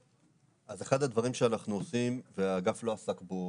אז אחד הדברים שאנחנו עושים והאגף לא עסק בו